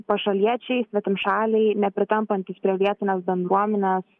pašaliečiai svetimšaliai nepritampantys prie vietinės bendruomenės